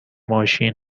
ماشین